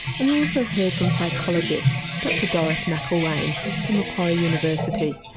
and you also heard from psychologist dr doris mcillwain from macquarie university,